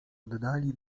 oddali